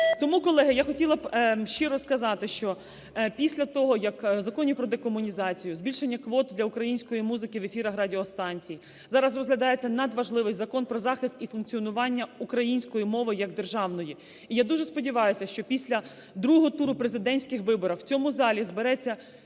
Тому, колеги, я хотіла б щиро сказати, що після того, як в Законі про декомунізацію, збільшення квот для української музики в ефірах радіостанцій, зараз розглядається надважливий Закон про захист і функціонування української мови як державної, і я дуже сподіваюся, що після другого туру президентських виборів в цьому залі збереться